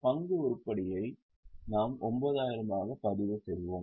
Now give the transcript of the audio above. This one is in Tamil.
பங்கு உருப்படியை நாம் 9000 ஆக பதிவு செய்வோம்